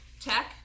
tech